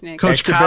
Coach